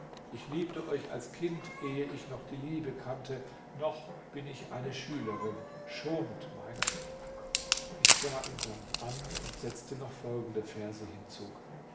ich liebte euch als kind ehe ich noch die liebe kannte noch bin ich eine schülerin schonet meiner ich sah ihn dann an und setzte noch folgende verse hinzu